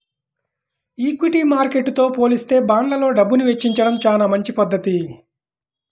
equity మార్కెట్టుతో పోలిత్తే బాండ్లల్లో డబ్బుని వెచ్చించడం చానా మంచి పధ్ధతి